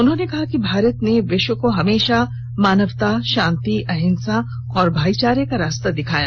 उन्होंने कहा कि भारत ने विश्व को हमेशा मानवता शांति अहिंसा और भाईचारे का रास्ता दिखाया